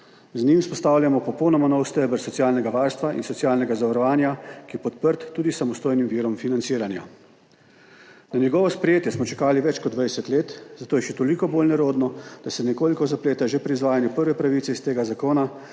Z njim vzpostavljamo popolnoma nov steber socialnega varstva in socialnega zavarovanja, ki je podprt tudi s samostojnim virom financiranja. Na njegovo sprejetje smo čakali več kot 20 let, zato je še toliko bolj nerodno, da se nekoliko zapleta že pri izvajanju prve pravice iz tega zakona,